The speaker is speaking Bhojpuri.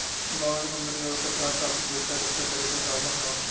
बांड कंपनी आउर सरकार खातिर पइसा इकठ्ठा करे क साधन हौ